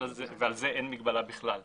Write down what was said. ועל זה אין מגבלה בכלל בחוק.